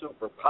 superpower